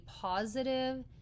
positive